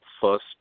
first